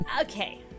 Okay